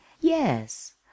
yes